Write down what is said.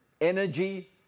energy